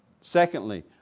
Secondly